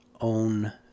own